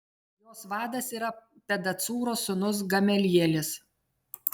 jos vadas yra pedacūro sūnus gamelielis